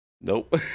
Nope